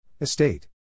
Estate